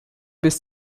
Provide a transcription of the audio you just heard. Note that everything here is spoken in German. bis